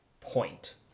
point